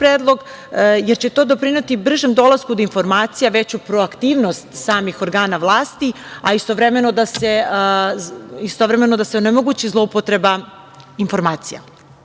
jer će to doprineti bržem dolasku do informacija, veću proaktivnost samih organa vlasti, a istovremeno da se onemogući zloupotreba informacija. Postojeći